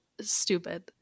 stupid